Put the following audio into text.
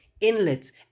Inlets